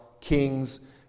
kings